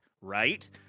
right